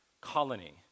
colony